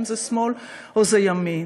אם זה שמאל או זה ימין.